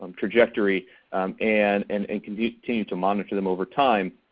um trajectory and and and continue to to monitor them over time.